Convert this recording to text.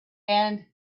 and